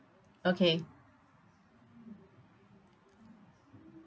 okay